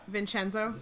Vincenzo